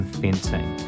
fencing